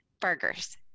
Burgers